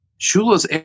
Shula's